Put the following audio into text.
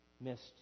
missed